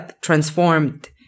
transformed